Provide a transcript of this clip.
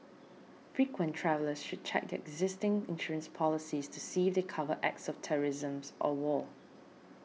frequent travellers should check their existing insurance policies to see if they cover acts of terrorisms or war